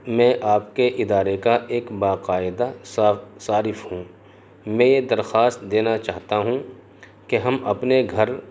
میں آپ کے ادارے کا ایک باقاعدہ صارف ہوں میں یہ درخواست دینا چاہتا ہوں کہ ہم اپنے گھر